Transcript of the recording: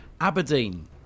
Aberdeen